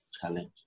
challenge